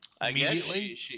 immediately